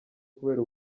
kubera